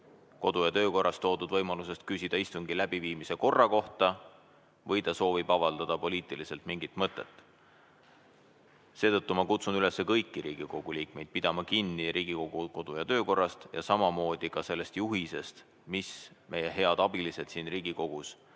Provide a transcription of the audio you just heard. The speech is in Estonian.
kodu- ja töökorras toodud võimalusest küsida istungi läbiviimise korra kohta või ta soovib avaldada poliitiliselt mingit mõtet. Seetõttu ma kutsun üles kõiki Riigikogu liikmeid pidama kinni Riigikogu kodu- ja töökorrast ning samamoodi sellest juhisest, mis meie head abilised siin Riigikogus on